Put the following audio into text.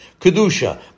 kedusha